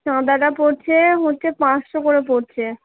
চাঁদাটা পড়ছে হচ্ছে পাঁচশো করে পড়ছে